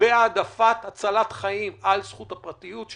בהעדפת הצלת חיים על זכות הפרטיות,